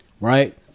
right